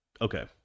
Okay